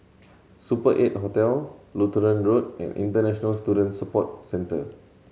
Super Eight Hotel Lutheran Road and International Student Support Centre